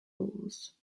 rules